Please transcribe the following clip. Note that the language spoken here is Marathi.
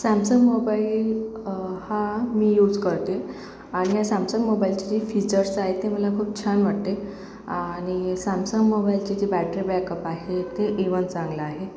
सॅमसंग सॅमसंग मोबाईल हा मी यूज करते आणि या सॅमसंग मोबाईलचे जे फीचर्स आहेत ते मला खूप छान वाटते आणि सॅमसंग मोबाईलची जी बॅटरी बॅकअप आहे ते इव्हन चांगलं आहे